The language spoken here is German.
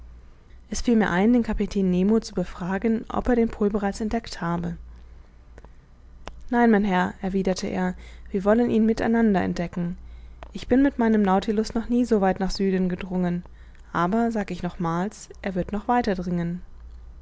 es fiel mir ein den kapitän nemo zu befragen ob er den pol bereits entdeckt habe nein mein herr erwiderte er wir wollen ihn miteinander entdecken ich bin mit meinem nautilus noch nie so weit nach süden gedrungen aber sag ich nochmals er wird noch weiter